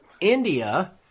India